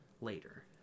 later